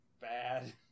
bad